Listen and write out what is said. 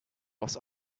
was